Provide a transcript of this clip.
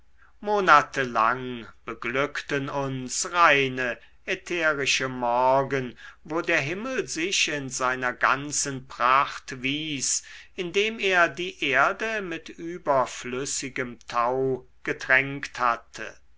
monate lang beglückten uns reine ätherische morgen wo der himmel sich in seiner ganzen pracht wies indem er die erde mit überflüssigem tau getränkt hatte